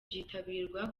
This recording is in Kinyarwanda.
byitabirwa